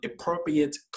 appropriate